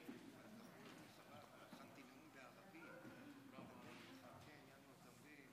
בדצמבר שנת 1947 כתב המשורר נתן אלתרמן